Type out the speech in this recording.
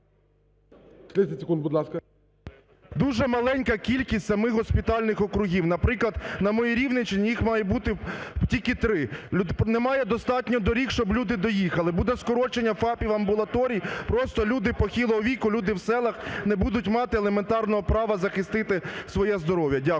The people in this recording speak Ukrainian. Дуже маленька кількість самих госпітальних округів. Наприклад, на моїй Рівненщині їх має бути тільки три. Немає достатньо доріг, щоб люди доїхали. Буде скорочення ФАПів, амбулаторій. Просто люди похилого віку, люди в селах не будуть мати елементарного права захистити своє здоров'я. Дякую.